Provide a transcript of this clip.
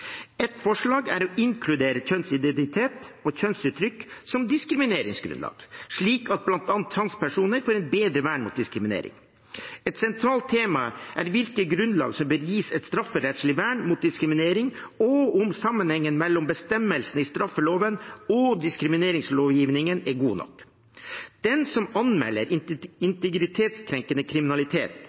forslag er å inkludere kjønnsidentitet og kjønnsuttrykk som diskrimineringsgrunnlag, slik at bl.a. transpersoner får et bedre vern mot diskriminering. Et sentralt tema er hvilke grunnlag som bør gis et strafferettslig vern mot diskriminering, og om sammenhengen mellom bestemmelsene i straffeloven og diskrimineringslovgivningen er god nok. Den som anmelder integritetskrenkende kriminalitet,